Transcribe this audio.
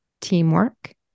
teamwork